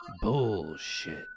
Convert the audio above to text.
Bullshit